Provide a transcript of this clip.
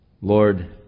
Lord